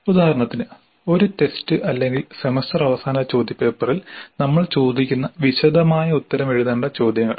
ഉദാഹരണത്തിന് ഒരു ടെസ്റ്റ് അല്ലെങ്കിൽ സെമസ്റ്റർ അവസാന ചോദ്യപേപ്പറിൽ നമ്മൾ ചോദിക്കുന്ന വിശദമായ ഉത്തരം എഴുതേണ്ട ചോദ്യങ്ങൾ